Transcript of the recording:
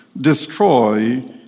destroy